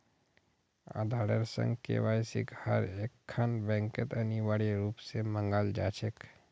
आधारेर संग केवाईसिक हर एकखन बैंकत अनिवार्य रूप स मांगाल जा छेक